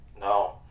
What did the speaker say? No